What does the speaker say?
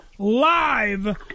Live